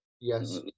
Yes